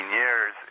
years